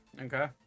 Okay